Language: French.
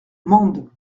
mende